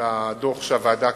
בדוח שהוועדה,